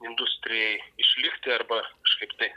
industrijai išlikti arba kažkaip tai